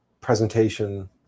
presentation